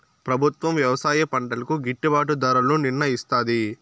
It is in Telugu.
ప్రభుత్వం వ్యవసాయ పంటలకు గిట్టుభాటు ధరలను నిర్ణయిస్తాది